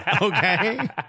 okay